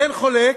אין חולק,